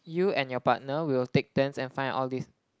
you and your partner will take turns and find all these